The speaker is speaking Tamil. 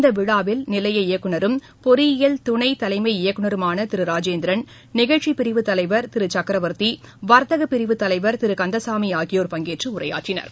இந்தவிழாவில் நிலைய இயக்குனரும் பொறியியல் துணைதலைமை இயக்குனருமானதிருராஜேந்திரன் நிகழ்ச்சிப்பிரிவின் தலைவர் திருவிசக்கரவர்த்தி வர்த்தகப்பிரிவு தலைவர் திருகந்தசாமிஆகியோர் பங்கேற்றஉரையாற்றினர்